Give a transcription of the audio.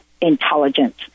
intelligence